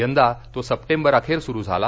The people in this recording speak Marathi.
यंदा तो सप्टेबर अखेर सुरू झाला